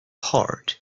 heart